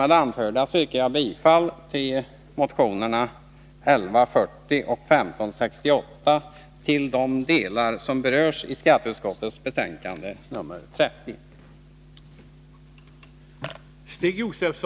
Med det anförda yrkar jag bifall till motionerna 1140 och 1568 i de delar som berörs i skatteutskottets betänkande nr 30.